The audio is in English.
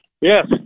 Yes